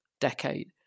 decade